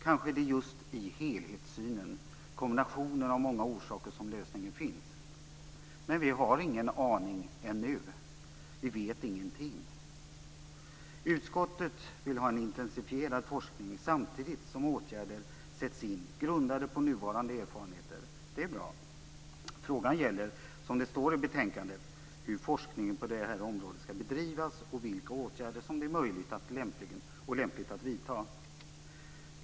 Kanske är det just i helhetssynen, kombinationen av många orsaker, som lösningen finns. Men vi har ingen aning ännu. Vi vet ingenting. Utskottet vill ha en intensifierad forskning samtidigt som åtgärder sätts in grundade på nuvarande erfarenheter. Det är bra. Frågan gäller, som det står i betänkandet, hur forskningen på det här området skall bedrivas och vilka åtgärder som det är möjligt och lämpligt att vidta.